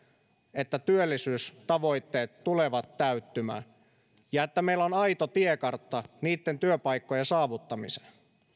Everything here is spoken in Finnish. että työllisyystavoitteet tulevat täyttymään ja että meillä on aito tiekartta niitten työpaikkojen saavuttamiseen